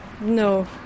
No